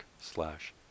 slash